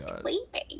sleeping